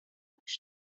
داشت